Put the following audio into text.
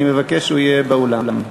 אני מבקש שהוא יהיה באולם.